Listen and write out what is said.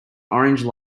orange